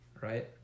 Right